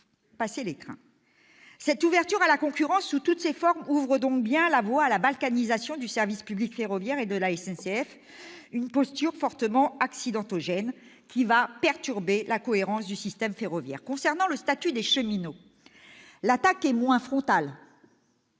Cette ouverture à la concurrence sous toutes ses formes ouvre donc bien la voie à la balkanisation du service public ferroviaire et de la SNCF, une posture fortement accidentogène qui va perturber la cohérence du système ferroviaire. Concernant le statut des cheminots, l'attaque est moins frontale